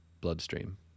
bloodstream